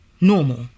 normal